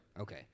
Okay